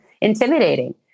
intimidating